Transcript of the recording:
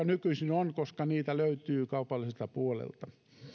nykyisin on koska niitä löytyy kaupalliselta puolelta